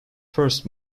first